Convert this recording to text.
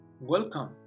welcome